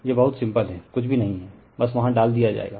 यह बहुत सिंपल है कुछ भी नहीं है बस वहां डाल दिया जाएगा